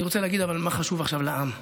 אבל אני רוצה להגיד שמה חשוב עכשיו לעם,